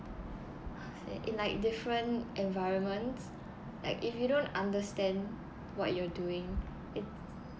say in like different environments like if you don't understand what you're doing it